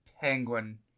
penguin